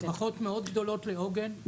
ברכות מאוד גדולות לעוגן.